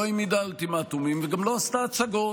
העמידה אולטימטומים וגם לא עשתה הצגות.